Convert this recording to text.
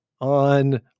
on